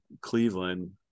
Cleveland